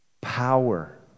power